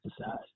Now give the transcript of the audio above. exercise